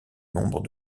nombre